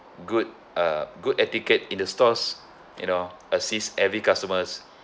good uh good etiquette in the stores you know assist every customers